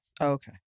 Okay